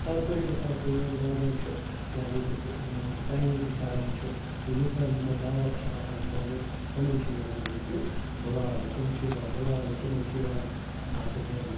سَبہِ دۄہ چھِ گژھان کٲم لاگان چھِ یعنی کہِ یعنی کہِ تیٲری کَرٕنۍ چھِ لُکَن یِمَن دعوت چھِ آسان کٔرمٕژ تِمَن چھِ یِوان ییٚتہِ بُلاونہٕ تِم چھِ یِوان بُلاونہٕ تِمَن چھِ یِوان بَتہٕ دِنہٕ